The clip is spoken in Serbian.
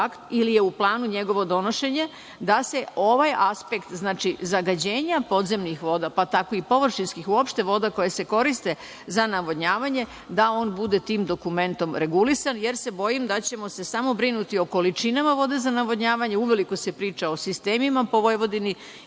ili je u planu njegovo donošenje, da se ovaj aspekt, zagađenja podzemnih voda, pa tako i uopšte voda koje se koriste za navodnjavanje da on bude tim dokumentom regulisan, jer se bojim da ćemo se samo brinuti o količinama vode za navodnjavanje a uveliko se priča o sistemima po Vojvodini